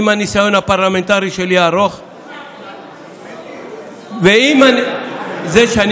עם הניסיון הפרלמנטרי הארוך שלי וזה שאני